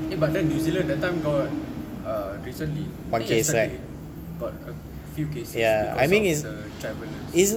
eh but then new zealand that time got uh recently I think yesterday got a few cases because of the travellers